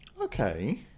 Okay